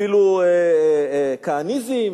אפילו כהניזם.